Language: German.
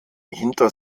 hinter